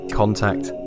contact